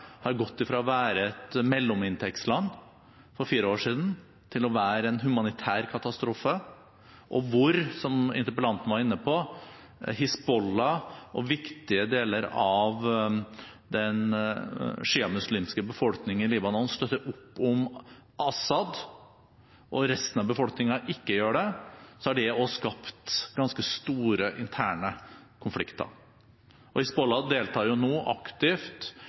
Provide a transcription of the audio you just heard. har gått fra å være et mellominntektsland for fire år siden til å bli en humanitær katastrofe, og hvor – som interpellanten var inne på – Hizbollah og viktige deler av den sjiamuslimske befolkningen i Libanon støtter opp om Assad, og resten av befolkningen ikke gjør det, har det oppstått ganske store interne konflikter. Hizbollah deltar nå aktivt